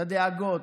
את הדאגות.